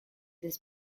this